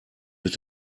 mit